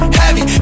heavy